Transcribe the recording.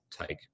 take